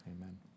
Amen